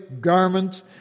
garment